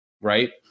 right